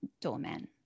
doorman